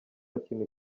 kintu